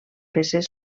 peces